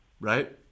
right